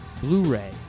Blu-ray